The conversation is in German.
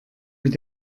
mit